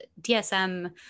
DSM